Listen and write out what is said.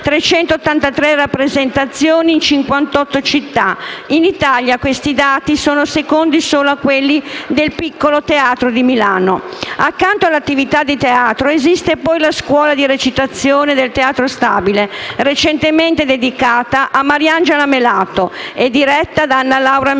383 rappresentazioni in 58 città. In Italia, questi dati, sono secondi solo a quelli del Piccolo teatro di Milano. Accanto all'attività di teatro, esiste poi la scuola di recitazione del Teatro Stabile, recentemente dedicata a Mariangela Melato e diretta da Annalaura Messeri.